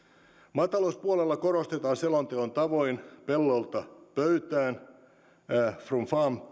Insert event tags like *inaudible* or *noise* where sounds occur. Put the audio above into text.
maatalouspuolella korostetaan selonteon tavoin pellolta pöytään from farm *unintelligible*